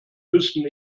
höchsten